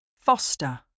Foster